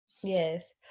Yes